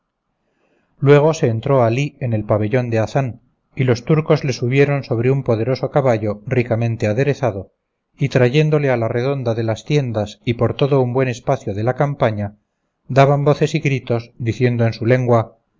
luego se entró alí en el pabellón de hazán y los turcos le subieron sobre un poderoso caballo ricamente aderezado y trayéndole a la redonda de las tiendas y por todo un buen espacio de la campaña daban voces y gritos diciendo en su lengua